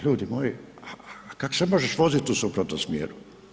Ljudi moji, kako se može vozi u suprotnom smjeru?